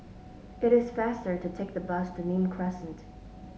it is faster to take the bus to Nim Crescent